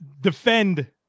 defend